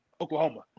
Oklahoma